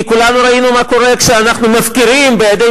כי כולנו ראינו מה קורה כשאנחנו מפקירים בידי